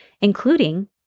including